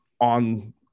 on